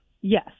Yes